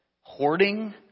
hoarding